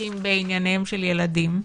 עוסקים בענייניהם של ילדים,